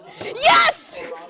Yes